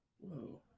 whoa